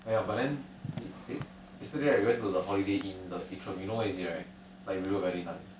oh ya but then eh yesterday I went to the holiday inn the atrium you know where is it right like river valley 那里